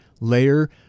layer